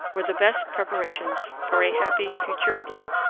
were the best preparations for a happy futurity,